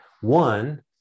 One